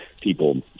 people